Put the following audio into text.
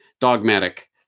dogmatic